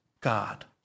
God